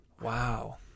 Wow